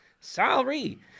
Sorry